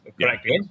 correct